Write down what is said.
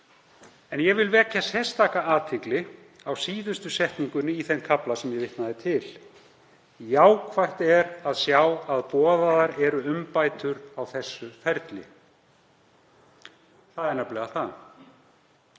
Ég vil vekja sérstaka athygli á síðustu setningunni í þeim kafla sem ég vitnaði til. Jákvætt er að sjá að boðaðar eru umbætur á þessu ferli. Það er nefnilega það.